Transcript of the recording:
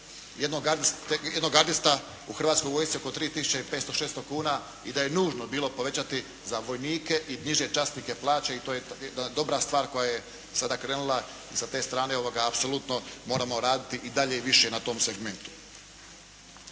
jednog gardista u Hrvatskoj vojsci oko 3500-3600 kuna i da je nužno bilo povećati za vojnike i niže časnike plaće i to je jedna dobra stvar koja je sada krenula, s te strane apsolutno moramo raditi i dalje i više na tom segmentu.